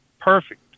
perfect